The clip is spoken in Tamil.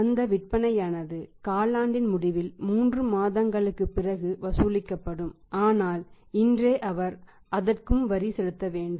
அந்த விற்பனையானது காலாண்டின் முடிவில் 3 மாதங்களுக்குப் பிறகு வசூலிக்கப்படும் ஆனால் இன்றே அவர் அதற்கு வரி செலுத்த வேண்டும்